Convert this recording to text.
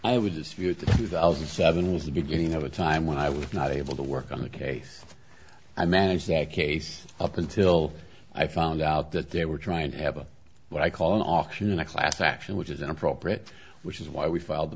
i would dispute that two thousand and seven was the beginning of a time when i was not able to work on the case i managed a case up until i found out that they were trying to have a what i call an auction and a class action which is inappropriate which is why we filed the